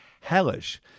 Hellish